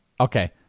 Okay